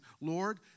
Lord